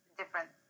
different